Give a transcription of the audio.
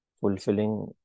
fulfilling